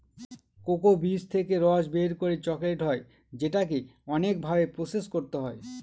cocoa বীজ থেকে রস বের করে চকলেট হয় যেটাকে অনেক ভাবে প্রসেস করতে হয়